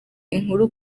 inkuru